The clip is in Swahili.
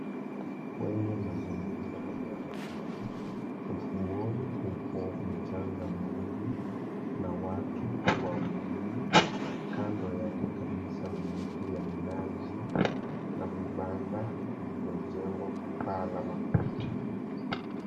Kwenye mazingira ya bahari, ufuoni upo mchanga mwingi na watu wawili kando yake kabisa, ni miti ya minazi na vibanda vilivyojengwa kwa paa la makuti.